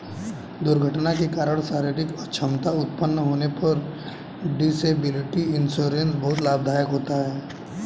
दुर्घटना के कारण शारीरिक अक्षमता उत्पन्न होने पर डिसेबिलिटी इंश्योरेंस बहुत लाभदायक होता है